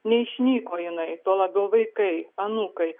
neišnyko jinai tuo labiau vaikai anūkai